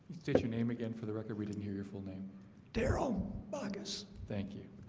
state your name again for the record. we didn't hear your full name darrell bachus. thank you.